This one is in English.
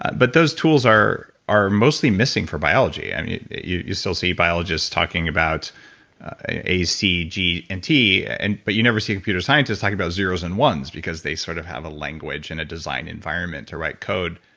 but those tools are are mostly missing for biology, and you you still see biologists talking about a, c, g, and t. but you never see computer scientists talking about zeroes and ones, because they sort of have a language and a design environment to write code.